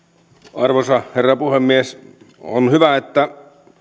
arvoisa herra puhemies on hyvä että